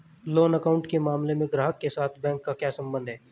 Loan account के मामले में ग्राहक के साथ बैंक का क्या संबंध है?